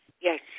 Yes